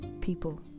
people